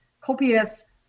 copious